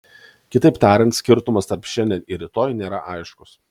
kitaip tariant skirtumas tarp šiandien ir rytoj nėra aiškus